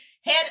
head